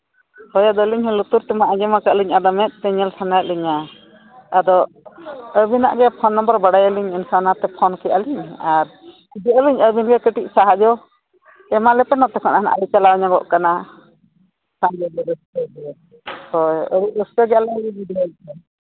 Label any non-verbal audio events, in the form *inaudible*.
ᱦᱳᱭ ᱟᱹᱞᱤᱧ ᱢᱟ ᱞᱩᱛᱩᱨ ᱛᱮᱢᱟ ᱟᱸᱡᱚᱢ ᱠᱟᱜᱼᱟ ᱞᱤᱧ ᱟᱫᱚ ᱢᱮᱫ ᱛᱮ ᱧᱮᱞ ᱥᱟᱱᱟᱭᱮᱫ ᱞᱤᱧᱟ ᱟᱫᱚ ᱟᱹᱵᱤᱱᱟᱜ ᱜᱮ ᱯᱷᱳᱱ ᱱᱟᱢᱵᱟᱨ ᱵᱟᱰᱟᱭ ᱟᱹᱞᱤᱧ ᱮᱱᱠᱷᱟᱱ ᱚᱱᱟᱛᱮ ᱯᱷᱳᱱ ᱠᱮᱫᱼᱟ ᱞᱤᱧ ᱟᱨ *unintelligible* ᱟᱹᱵᱤᱱ ᱜᱮ ᱠᱟᱹᱴᱤᱡ ᱥᱟᱦᱟᱡᱽᱡᱚ ᱮᱢᱟ ᱞᱮᱯᱮ ᱱᱚᱛᱮ ᱠᱷᱚᱱ ᱦᱟᱸᱜ ᱞᱮ ᱪᱟᱞᱟᱣ ᱧᱚᱜᱚᱜ ᱠᱟᱱᱟ ᱨᱟᱹᱥᱠᱟᱹ ᱜᱮ ᱦᱳᱭ ᱟᱹᱰᱤ ᱠᱚᱥᱴᱚ ᱜᱮ ᱟᱞᱮ ᱦᱚᱸᱞᱮ ᱵᱩᱡᱷᱟᱹᱣᱮᱫᱼᱟ